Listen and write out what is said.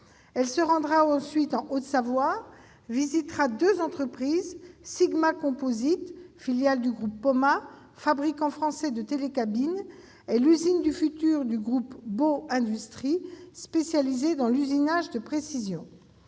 Elle se rendra ensuite en Haute-Savoie, visitera deux entreprises, Sigma Composite, filiale du groupe Poma, fabricant français de télécabines, et l'« usine du futur » du groupe Baud Industries, spécialisé dans l'usinage de précision.